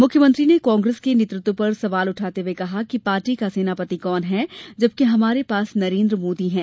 मुख्यमंत्री ने कांग्रेस के नेतृत्व पर सवाल उठाते हुए कहा कि पार्टी का सेनापति कौन है जबकि हमारे पास नरेन्द्र मोदी हैं